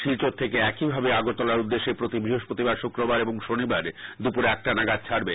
শলিচর থকে একইভাবে আগরতলার উদ্দশ্যে প্রতিবৃহস্পতবিার শুক্রবার এবং শনবিার দুপুর একটা নাগাদ ছাড়ব